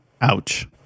Ouch